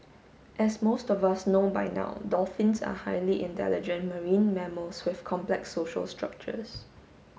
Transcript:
as most of us know by now dolphins are highly intelligent marine mammals with complex social structures